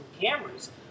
cameras